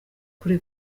kure